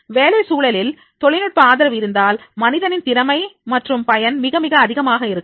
வேலை சூழலில் தொழில்நுட்ப ஆதரவு இருந்தால் மனிதனின் திறமை மற்றும் பயன் மிக மிக அதிகமாக இருக்கும்